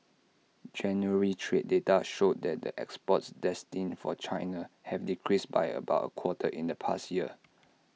January's trade data showed that exports destined for China have decreased by about A quarter in the past year